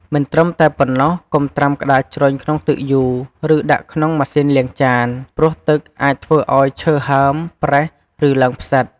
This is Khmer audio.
មិនត្រឹមតែប៉ុណ្ណោះ កុំត្រាំក្ដារជ្រុញក្នុងទឹកយូរ ឬដាក់ក្នុងម៉ាស៊ីនលាងចាន ព្រោះទឹកអាចធ្វើឲ្យឈើហើម ប្រេះ ឬឡើងផ្សិត។